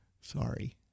Sorry